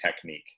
technique